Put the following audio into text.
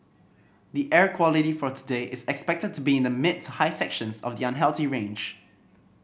the air quality for today is expected to be in the mid to high sections of the unhealthy range